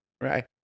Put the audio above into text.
Right